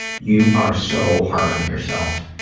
you are so hard on yourself.